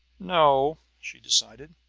no, she decided.